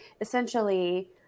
essentially